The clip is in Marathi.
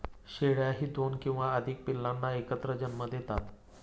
शेळ्याही दोन किंवा अधिक पिल्लांना एकत्र जन्म देतात